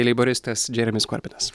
leiboristas džeremis korbinas